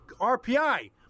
RPI